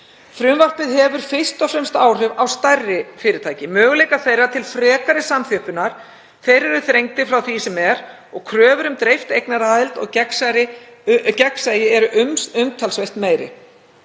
Frumvarpið hefur fyrst og fremst áhrif á stærri fyrirtæki. Möguleikar þeirra til frekari samþjöppunar eru þrengdir frá því sem er og kröfur um dreift eignarhald og gegnsæi umtalsvert meiri.